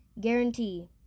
guarantee